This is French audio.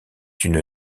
une